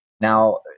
now